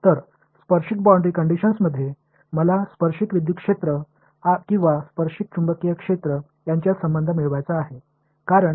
எனவே tangential boundary conditions களில் tangential மின்சார புலங்கள் அல்லது டான்ஜென்ஷியல் காந்தப்புலங்களுக்கு இடையில் ஒரு உறவைப் பெற விரும்புகிறேன்